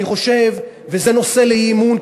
זה נושא לאי-אמון,